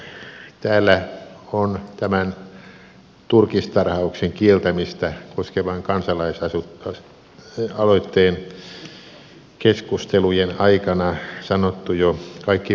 tuntuu siltä että täällä on tämän turkistarhauksen kieltämistä koskevan kansalaisaloitteen keskustelujen aikana sanottu jo kaikki mahdollinen ja vähän enemmänkin